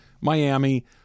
Miami